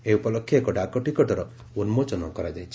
ଏହି ଉପଲକ୍ଷେ ଏକ ଡାକଟିକଟର ଉନ୍କୋଚନ କରାଯାଇଛି